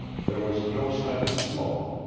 there was no sign of smoke,